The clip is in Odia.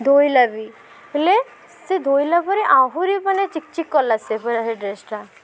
ଧୋଇଲା ବି ହେଲେ ସିଏ ଧୋଇଲା ପରେ ଆହୁରି ମାନେ ଚିକ୍ ଚିକ୍ କଲା ସେ ପୁରା ସେ ଡ୍ରେସ୍ଟା